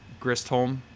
gristholm